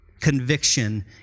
conviction